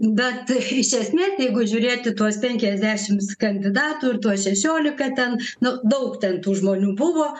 bet iš esmės jeigu žiūrėt į tuos penkiasdešims kandidatų ir tuos šešiolika ten nu daug ten tų žmonių buvo